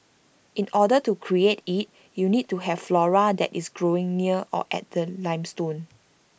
in order to create IT you need to have flora that is growing near or at the limestone